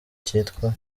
cyitwa